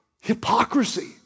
hypocrisy